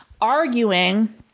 arguing